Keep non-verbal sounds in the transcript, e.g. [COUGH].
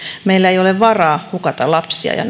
meillä ei ole varaa hukata lapsia ja [UNINTELLIGIBLE]